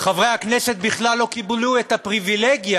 חברי הכנסת בכלל לא קיבלו את הפריבילגיה